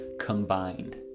combined